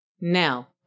Now